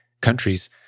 countries